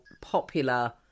popular